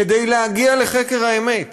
כדי להגיע לחקר האמת,